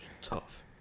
tough